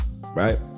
Right